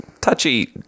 touchy